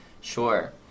Sure